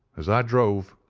as i drove,